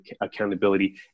accountability